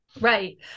right